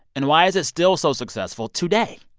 and why is it still so successful today?